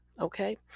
Okay